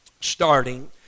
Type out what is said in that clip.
starting